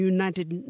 United